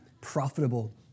profitable